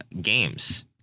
games